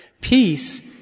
Peace